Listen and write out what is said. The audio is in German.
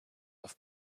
auf